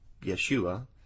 Yeshua